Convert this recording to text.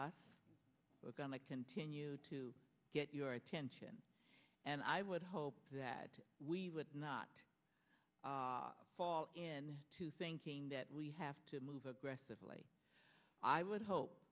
us we're going to continue to get your attention and i would hope that we would not fall to thinking that we have to move aggressively i would hope